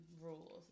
rules